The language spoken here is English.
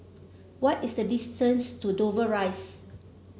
what is the distance to Dover Rise